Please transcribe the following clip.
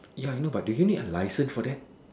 ya I know but do you need a licence for that